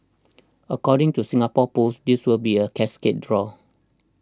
according to Singapore Pools this will be a cascade draw